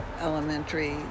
Elementary